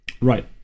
Right